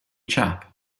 chap